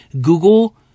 Google